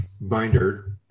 binder